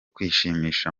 kwishimisha